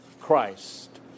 Christ